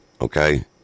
Okay